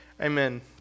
Amen